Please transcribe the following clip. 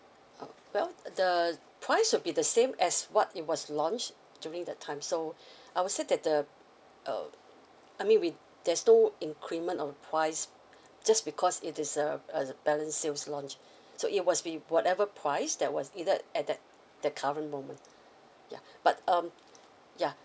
uh well the price will be the same as what it was launched during the time so I would say that the uh I mean we there's no increment on price just because it is a a balance sales launch so it was with whatever price that was needed at that that current moment ya but um ya